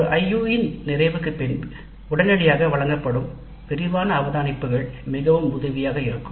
ஒரு IU இன் நிறைவுக்கு பின்பு உடனடியாக வழங்கப்படும் விரிவான அவதானிப்புகள் மிகவும் உதவியாக இருக்கும்